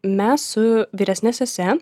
mes su vyresne sese